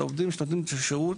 אלא על העובדים שנותנים את השירות